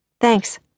Thanks